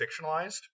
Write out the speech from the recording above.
fictionalized